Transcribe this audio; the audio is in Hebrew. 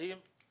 והיא